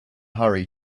hurry